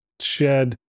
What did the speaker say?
shed